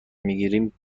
میگیریم